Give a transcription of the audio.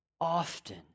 often